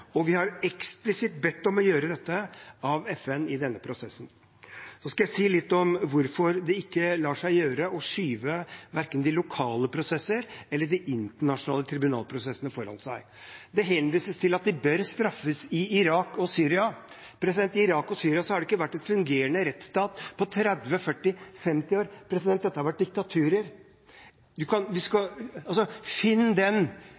Vi har også eksplisitt blitt bedt av FN om å gjøre dette i denne prosessen. Jeg skal si litt om hvorfor det ikke lar seg gjøre å skyve verken de lokale prosessene eller de internasjonale tribunalprosessene foran seg. Det henvises til at krigsforbryterne bør straffes i Irak og Syria. I Irak og Syria har det ikke vært fungerende rettsstater på 30–40–50 år. Dette har vært diktaturer. Finn den